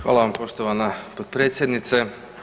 Hvala vam poštovana potpredsjednice.